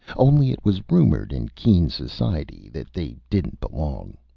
only it was rumored in keen society that they didn't belong.